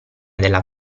della